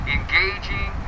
Engaging